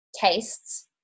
tastes